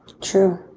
True